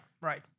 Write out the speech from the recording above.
right